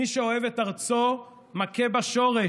מי שאוהב את ארצו, מכה בה שורש.